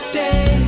day